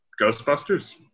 Ghostbusters